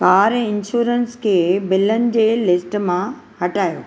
car insurance खे बिलनि जी लिस्ट मां हटायो